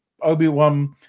obi-wan